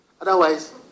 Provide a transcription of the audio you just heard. Otherwise